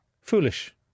Foolish